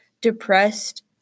depressed